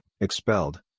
expelled